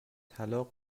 طلاق